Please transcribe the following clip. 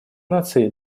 наций